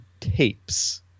tapes